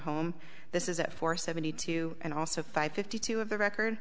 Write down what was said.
home this is it for seventy two and also five fifty two of the record